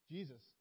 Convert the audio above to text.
Jesus